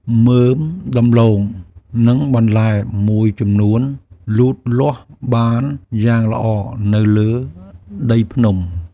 មើមដំឡូង និងបន្លែមួយចំនួនលូតលាស់បានយ៉ាងល្អនៅលើដីភ្នំ។